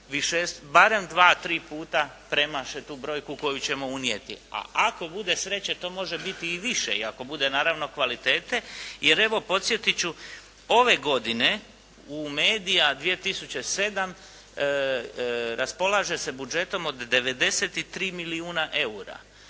barem dva, tri puta premaše tu brojku koju ćemo unijeti. A ako bude sreće to može biti i više i ako bude naravno kvalitete jer evo podsjetit ću ove godine u "MEDIA 2007" raspolaže se budžetom od 93 milijuna eura.